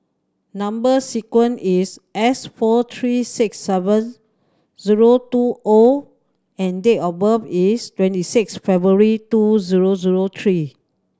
number sequence is S four three six seven zero two O and date of birth is twenty six February two zero zero three